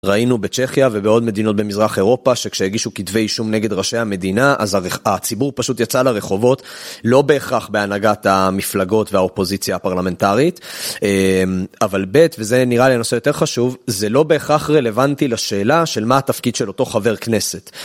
ראינו בצ'כיה ובעוד מדינות במזרח אירופה, שכשהגישו כתבי אישום נגד ראשי המדינה, אז הציבור פשוט יצא לרחובות, לא בהכרח בהנהגת המפלגות והאופוזיציה הפרלמנטרית. אבל ב' וזה נראה לי הנושא היותר חשוב, זה לא בהכרח רלוונטי לשאלה של מה התפקיד של אותו חבר כנסת.